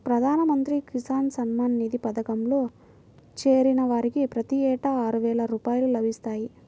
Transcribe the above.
ప్రధాన మంత్రి కిసాన్ సమ్మాన్ నిధి పథకంలో చేరిన వారికి ప్రతి ఏటా ఆరువేల రూపాయలు లభిస్తాయి